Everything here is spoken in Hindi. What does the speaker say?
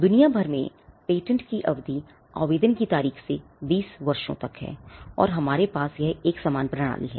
दुनिया भर में पेटेंट की अवधि आवेदन की तारीख से 20 वर्षों तक है और हमारे पास यह एक समान प्रणाली है